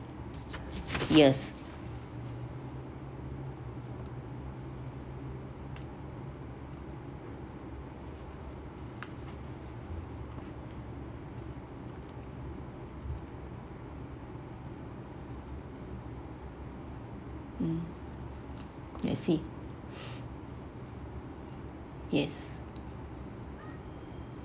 yes mm I see yes